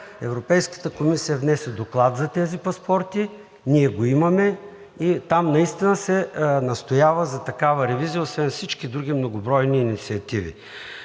Европейската комисия внесе доклад за тези паспорти, ние го имаме и там наистина се настоява за такава ревизия, освен всички други многобройни инициативи.